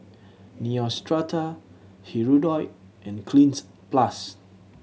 Neostrata Hirudoid and Cleanz Plus